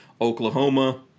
Oklahoma